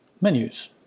menus